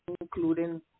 including